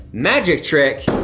magic trick,